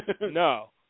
No